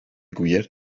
gwir